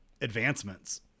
advancements